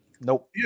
Nope